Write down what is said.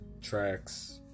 tracks